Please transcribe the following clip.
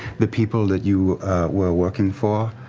the people that you were working for,